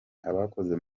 abakoze